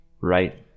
right